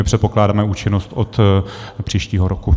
Předpokládáme účinnost od příštího roku.